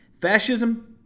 Fascism